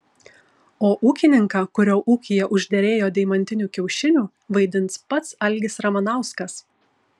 o ūkininką kurio ūkyje užderėjo deimantinių kiaušinių vaidins pats algis ramanauskas